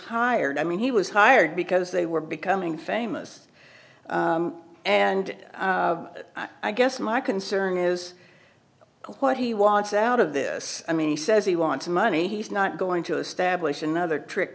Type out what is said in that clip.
hired i mean he was hired because they were becoming famous and i guess my concern is what he wants out of this i mean he says he wants the money he's not going to establish another trick